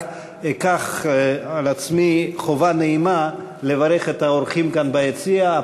רק אקח על עצמי חובה נעימה לברך את האורחים כאן ביציע.